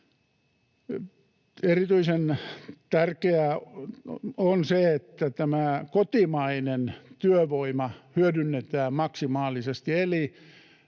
Erityisen tärkeää on se, että tämä kotimainen työvoima hyödynnetään maksimaalisesti